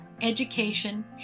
education